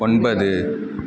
ஒன்பது